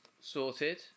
sorted